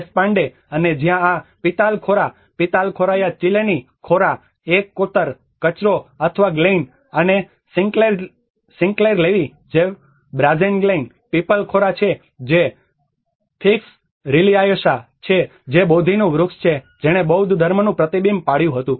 દેસપાંડે અને જ્યાં આ પીતાલખોરા પીતાલખોરાયા ચીલેની ખોરા એક કોતર કચરો અથવા ગ્લેઈન અને સિન્ક્લેઇર લેવી જે બ્રાઝેન ગ્લેઈન પીપલ ખોરા છે જે ફિકસ રિલિઆયોસા છે જે બોધિનું વૃક્ષ છે જેણે બૌદ્ધ ધર્મનું પ્રતિબિંબ પાડ્યું હતું